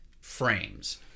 frames